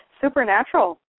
Supernatural